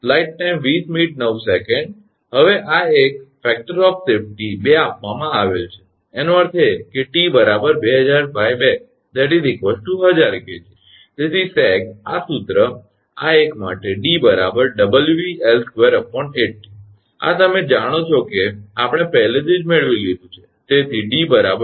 હવે આ એક હવે સલામતીનો પરિબળ 2 આપવામાં આવેલ છે એનો અર્થ એ કે 𝑇 2000 2 1000 𝐾𝑔 તેથી સેગ આ સૂત્ર આ એક માટે 𝑑 𝑊𝑒𝐿2 8𝑇 આ તમે જાણો છો કે આપણે પહેલેથી જ મેળવી લીધું છે